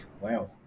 Wow